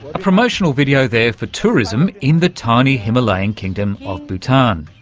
a promotional video there for tourism in the tiny himalayan kingdom of bhutan.